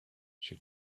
she